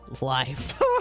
life